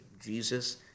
Jesus